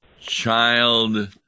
child